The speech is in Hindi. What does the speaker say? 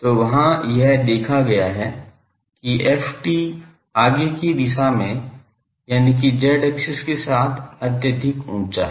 तो वहाँ यह देखा गया है कि ft आगे की दिशा में यानिकि z एक्सिस के साथ अत्यधिक ऊंचा है